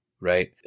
right